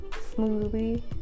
smoothly